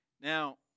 Now